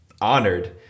honored